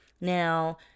Now